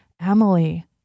Emily